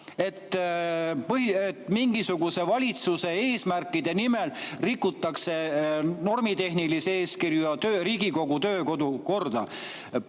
et mingisuguse valitsuse eesmärkide nimel rikutakse normitehnilisi eeskirju ja Riigikogu [kodu- ja